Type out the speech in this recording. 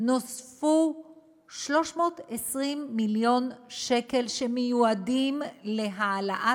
נוספו 320 מיליון שקל שמיועדים להעלאת